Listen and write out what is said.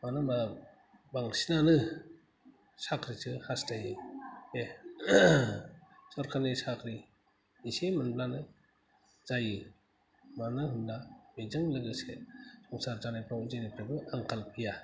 मानो होमबा बांसिनानो साख्रिसो हास्थायो बे सरकारनि साख्रि एसे मोनब्लानो जायो मानो होमब्ला बेजों लोगोसे संसार जानायफ्राव जेनिफ्रायबो आंखाल फैया